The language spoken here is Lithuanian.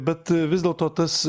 bet vis dėlto tas